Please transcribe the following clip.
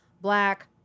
black